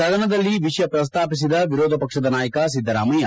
ಸದನದಲ್ಲಿ ವಿಷಯ ಪ್ರಸ್ತಾಪಿಸಿದ ವಿರೋಧ ಪಕ್ಷದ ನಾಯಕ ಸಿದ್ದರಾಮಯ್ಯ